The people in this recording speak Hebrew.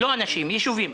לא אנשים אלא ישובים.